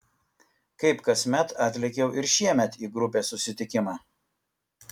kaip kasmet atlėkiau ir šiemet į grupės susitikimą